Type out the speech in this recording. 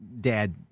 Dad